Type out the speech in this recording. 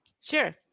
Sure